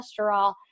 cholesterol